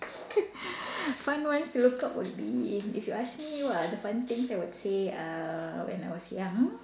fun ones to look up would be if you ask me what are the fun things I would say uh when I was young